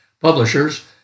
publishers